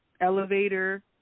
elevator